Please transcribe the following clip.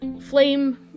flame